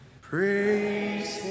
Praise